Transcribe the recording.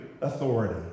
authority